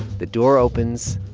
the door opens.